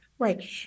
Right